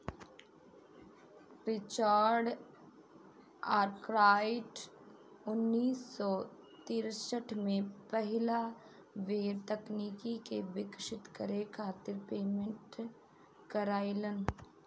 Richard Arkwright उन्नीस सौ तिरसठ में पहिला बेर तकनीक के विकसित करे खातिर पेटेंट करइलन